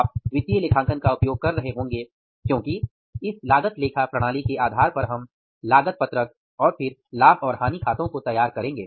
आप वित्तीय लेखांकन का उपयोग कर रहे होंगे क्योंकि इस लागत लेखा प्रणाली के आधार पर हम लागत पत्रकऔर फिर लाभ और हानि खातों को तैयार करेंगे